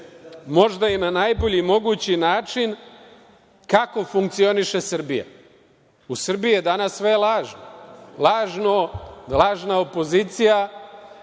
možda i na najbolji mogući način kako funkcioniše Srbija. U Srbiji je danas sve lažno, lažna opozicija,